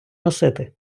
носити